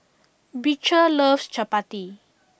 Beecher loves Chappati